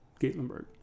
Gatlinburg